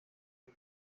iwe